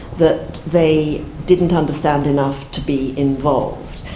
that they didn't understand enough to be involved.